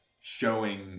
showing